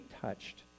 touched